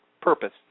purpose